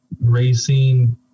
racing